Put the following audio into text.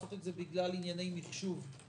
לעשות את זה בגלל ענייני מחשוב ו-IT.